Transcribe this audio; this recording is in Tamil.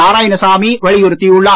நாராயணசாமி வலியுறுத்தியுள்ளார்